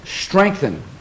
strengthen